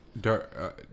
dirt